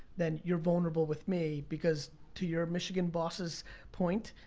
then you're vulnerable with me because, to your michigan boss' point,